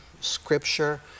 scripture